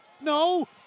no